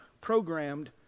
programmed